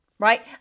right